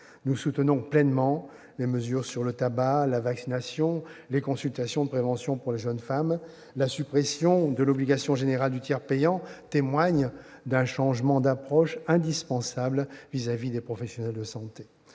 Nous soutenons pleinement les mesures sur le tabac, la vaccination, les consultations de prévention pour les jeunes femmes. La suppression de l'obligation générale du tiers payant témoigne d'un changement d'approche indispensable vis-à-vis des professionnels de santé.